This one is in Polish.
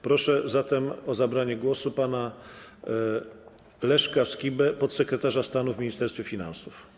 Proszę zatem o zabranie głosu pana Leszka Skibę, podsekretarza stanu w Ministerstwie Finansów.